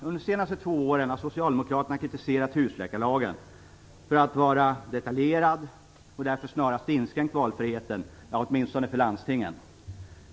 Under de senaste två åren har Socialdemokraterna kritiserat husläkarlagen för att vara detaljerad och därför snarast ha inskränkt valfriheten, åtminstone för landstingen.